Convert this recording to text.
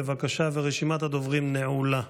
רשימת הדוברים נעולה.